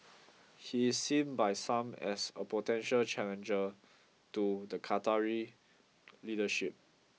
he is seen by some as a potential challenger to the Qatari leadership